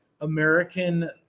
American –